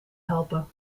helpen